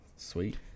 Sweet